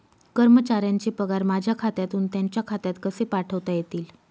कर्मचाऱ्यांचे पगार माझ्या खात्यातून त्यांच्या खात्यात कसे पाठवता येतील?